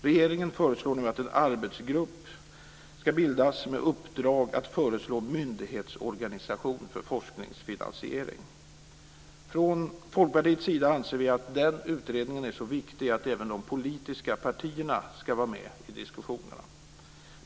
Regeringen föreslår nu att en arbetsgrupp ska bildas med uppdrag att föreslå myndighetsorganisation för forskningsfinansiering. Från Folkpartiets sida anser vi att den utredningen är så viktig att även de politiska partierna ska vara med i diskussionerna.